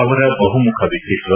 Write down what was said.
ಅವರ ಬಹುಮುಖ ವ್ವಕ್ತಿತ್ವ